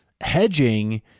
hedging